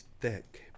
Thick